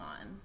on